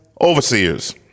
Overseers